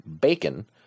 bacon